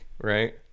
right